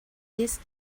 this